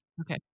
Okay